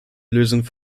lösungen